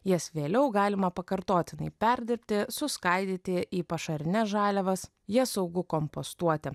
jas vėliau galima pakartotinai perdirbti suskaidyti į pašarines žaliavas jas saugu kompostuoti